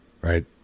right